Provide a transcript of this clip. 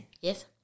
Yes